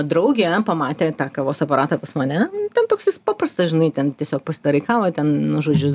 draugė pamatė tą kavos aparatą pas mane ten toks jis paprastas žinai ten tiesiog pasidarai kavą ten nu žodžiu